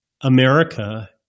America